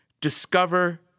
Discover